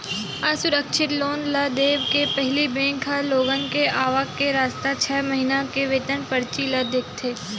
असुरक्छित लोन ल देय के पहिली बेंक ह लोगन के आवक के रस्ता, छै महिना के वेतन परची ल देखथे